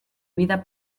vida